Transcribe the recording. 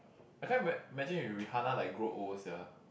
I can't ima~ imagine if Rihanna like grow old sia